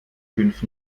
fünf